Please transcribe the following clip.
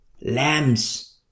lambs